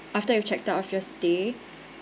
after you've checked out of your stay